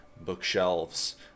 bookshelves